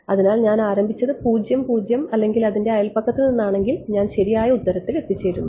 അതിനാൽ ഞാൻ ആരംഭിച്ചത് അല്ലെങ്കിൽ അതിന്റെ അയൽപക്കത്ത് നിന്നാണെങ്കിൽ ഞാൻ ശരിയായ ഉത്തരത്തിൽ എത്തിച്ചേരുന്നു